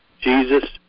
Jesus